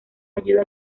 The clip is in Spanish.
ayuda